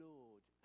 Lord